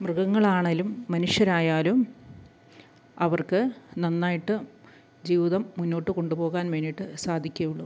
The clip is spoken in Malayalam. മൃഗങ്ങൾ ആണെങ്കിലും മനുഷ്യർ ആയാലും അവർക്ക് നന്നായിട്ട് ജീവിതം മുന്നോട്ട് കൊണ്ടുപോകാൻ വേണ്ടിയിട്ട് സാധിക്കുകയുള്ളൂ